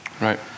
Right